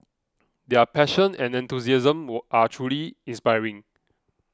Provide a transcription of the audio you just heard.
their passion and enthusiasm were are truly inspiring